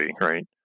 right